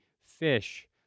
Fish